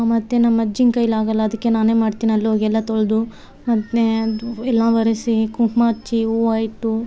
ಮತ್ತು ನಮ್ಮ ಅಜ್ಜಿ ಕೈಲಿ ಆಗೋಲ್ಲ ಅದಕ್ಕೆ ನಾನೆ ಮಾಡ್ತೀನಿ ಅಲ್ಲೊಗೆಲ್ಲ ತೊಳೆದು ಮತ್ತು ಅದು ಎಲ್ಲ ಒರೆಸಿ ಕುಂಕುಮ ಹಚ್ಚಿ ಹೂವು ಇಟ್ಟು